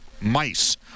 mice